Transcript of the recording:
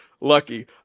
Lucky